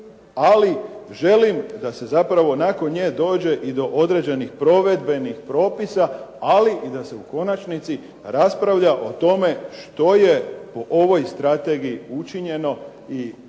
ali želim da se zapravo nakon nje dođe i do određenih provedbenih propisa, ali i da se u konačnici raspravlja o tome što je po ovoj strategiji učinjeno i jesmo